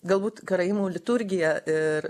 galbūt karaimų liturgija ir